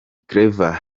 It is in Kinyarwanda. clever